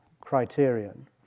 criterion